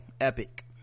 epic